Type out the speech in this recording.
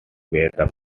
were